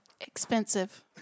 Expensive